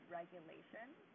regulations